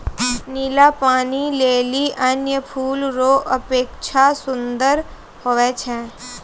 नीला पानी लीली अन्य फूल रो अपेक्षा सुन्दर हुवै छै